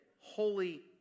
holy